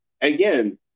again